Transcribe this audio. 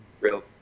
Real